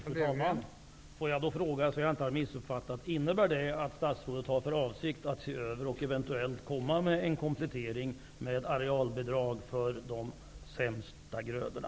Fru talman! Får jag fråga, så jag inte missuppfattar det: Innebär det att statsrådet har för avsikt att se över och eventuellt komma med en komplettering med arealbidrag för de sämsta grödorna?